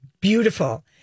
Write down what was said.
Beautiful